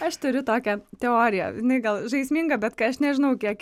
aš turiu tokią teoriją jinai gal žaisminga bet kai aš nežinau kiek